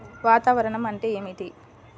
వాతావరణం అంటే ఏమిటి?